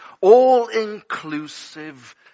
all-inclusive